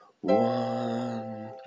one